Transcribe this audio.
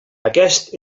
aquest